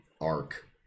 arc